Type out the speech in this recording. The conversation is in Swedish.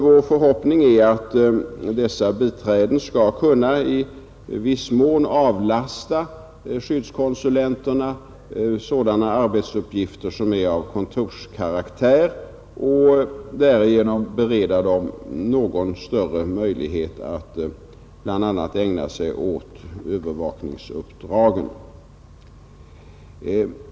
Vår förhoppning är att dessa biträden i viss mån skall kunna avlasta skyddskonsulenterna sådana arbetsuppgifter som är av kontorskaraktär och därigenom bereda dem något större möjlighet att bl.a. ägna sig åt övervakningsuppdragen.